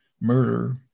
murder